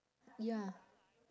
ya